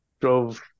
drove